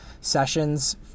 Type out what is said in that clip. sessions